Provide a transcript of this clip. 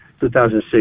2006